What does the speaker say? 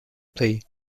play